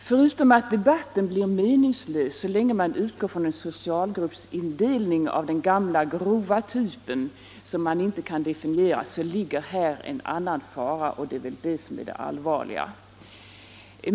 Förutom att debatten blir meningslös så länge man utgår från en socialgruppsindelning av den gamla grova typen, som man inte kan definiera, ligger här en annan fara, och det är väl detta som är det allvarliga.